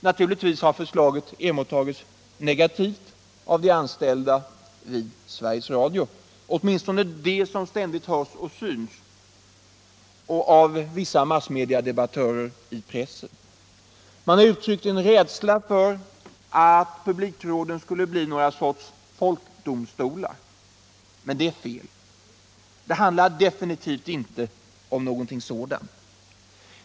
Naturligtvis har förslaget emottagits negativt av de anställda vid Sveriges Radio, åtminstone av dem som ständigt hörs och syns, och av vissa massmediadebattörer i pressen. Man har uttryckt en rädsla för att publikråden skall bli någon sorts folkdomstolar. Men det är fel. Det handlar definitivt inte om något sådant.